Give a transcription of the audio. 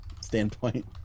standpoint